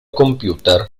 computer